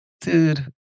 Dude